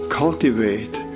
cultivate